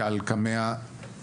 כעל קמע יקרה.